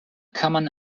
common